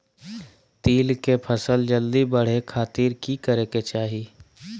तिल के फसल जल्दी बड़े खातिर की करे के चाही?